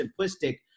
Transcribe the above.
simplistic